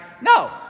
No